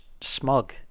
smug